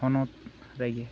ᱦᱚᱱᱚᱛ ᱨᱮᱜᱮ